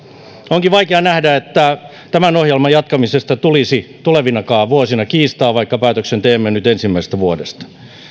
onkin vaikea nähdä että tämän ohjelman jatkamisesta tulisi tulevinakaan vuosina kiistaa vaikka päätöksen teemme nyt ensimmäisestä vuodesta